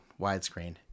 widescreen